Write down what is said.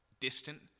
distant